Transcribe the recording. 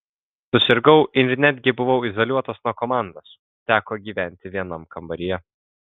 susirgau ir netgi buvau izoliuotas nuo komandos teko gyventi vienam kambaryje